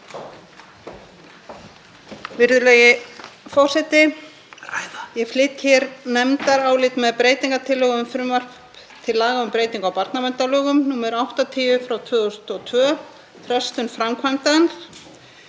Virðulegi forseti. Ég flyt hér nefndarálit með breytingartillögu um frumvarp til laga um breytingu á barnaverndarlögum, nr. 80/2002, frestun framkvæmda.